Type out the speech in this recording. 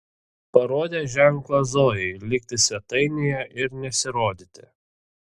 parodė ženklą zojai likti svetainėje ir nesirodyti